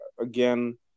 again